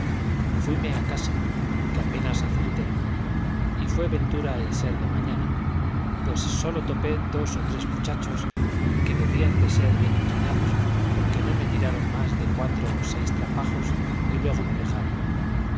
a casa que apenas acerté y fue ventura el ser de mañana pues sólo topé dos o tres muchachos que debían de ser bien inclinados porque no me tiraron más de cuatro o seis trapajos y luego me dejaron